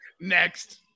Next